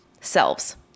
selves